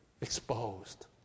exposed